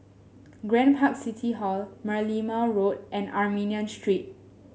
Grand Park City Hall Merlimau Road and Armenian Street